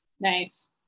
Nice